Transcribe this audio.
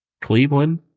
Cleveland